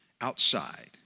outside